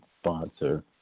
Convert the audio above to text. sponsor